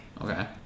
Okay